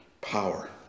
power